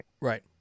Right